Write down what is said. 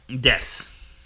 Deaths